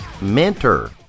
Mentor